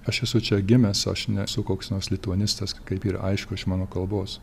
aš esu čia gimęs aš nesu koks nors lituanistas kaip yra aišku iš mano kalbos